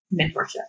mentorship